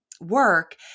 work